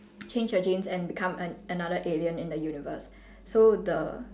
change your genes and become an another alien in the universe so the